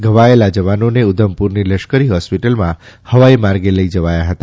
ઘવાયેલા જવાનોને ઉધમપુરની લશ્કરી હ્રોસ્પિટલમાં હવાઇ માર્ગે લઇ જવાયા હતા